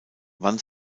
wann